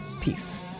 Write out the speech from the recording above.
Peace